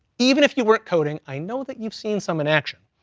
even if you weren't coding. i know that you've seen some in action.